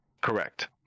correct